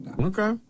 Okay